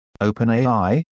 OpenAI